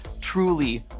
truly